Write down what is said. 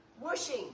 Whooshing